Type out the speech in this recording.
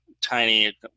tiny